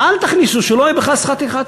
אל תכניסו, שלא יהיה בכלל שכר טרחת